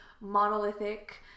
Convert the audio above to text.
monolithic